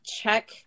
check